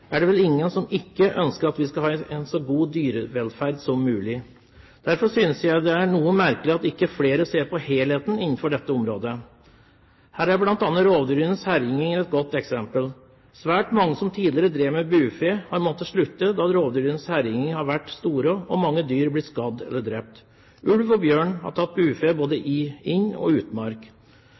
er det vel ingen som ikke ønsker at vi skal ha en så god dyrevelferd som mulig. Derfor synes jeg det er noe merkelig at ikke flere ser på helheten innenfor dette området. Her er bl.a. rovdyrenes herjinger et godt eksempel. Svært mange som tidligere drev med bufe, har måttet slutte, da rovdyrenes herjinger har vært store, og mange dyr har blitt skadd eller drept. Ulv og bjørn har tatt bufe både i inn- og utmark.